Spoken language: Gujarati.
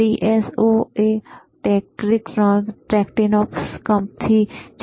DSO ફરીથી Tektronix થી છે